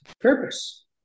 purpose